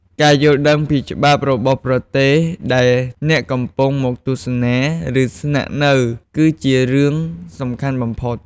ការយល់ដឹងពីច្បាប់របស់ប្រទេសដែលអ្នកកំពុងមកទស្សនា ឬស្នាក់នៅគឺជារឿងសំខាន់បំផុត។